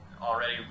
already